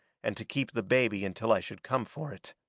and to keep the baby until i should come for it.